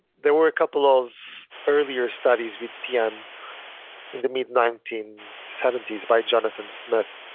there were a couple of earlier studies with tm in the mid nineteen seventy s by jonathan smith